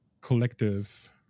collective